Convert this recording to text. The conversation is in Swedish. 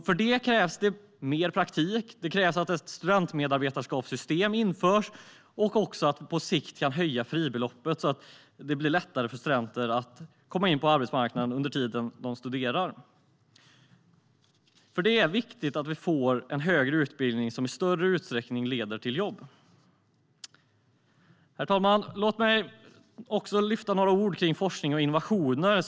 För det krävs det mer praktik. Det krävs att ett studentmedarbetarskapssystem införs och att man på sikt kan höja fribeloppet, så att det blir lättare för studenter att komma in på arbetsmarknaden under tiden som de studerar. Det är viktigt att vi får en högre utbildning som i större utsträckning leder till jobb. Herr talman! Låt mig säga några ord om forskning och innovationer.